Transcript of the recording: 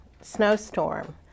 snowstorm